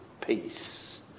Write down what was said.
peace